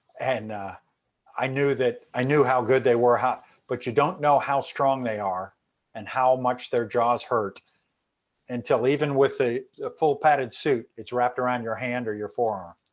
and ah i knew that i knew how good they were. you but you don't know how strong they are and how much their jaws hurt until even with the full padded suit it's wrapped around your hand or your forearm.